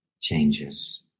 changes